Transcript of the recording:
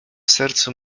sercu